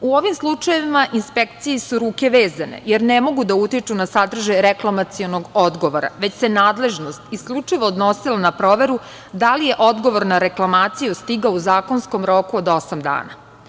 U ovim slučajevima inspekciji su ruke vezane, jer ne mogu da utiču na sadržaj reklamacionog odgovora, već se nadležnost isključivo odnosila na proveru da li je odgovor na reklamaciju stigao u zakonskom roku od osam dana.